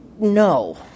no